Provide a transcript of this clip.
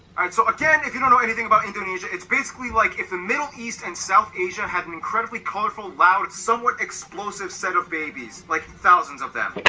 alright so again if you don't know anything about indonesia it's basically like if the middle east and south asia had an incredibly colorful loud somewhat explosive set of babies like thousands of them